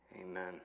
Amen